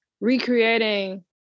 recreating